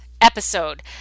episode